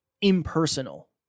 impersonal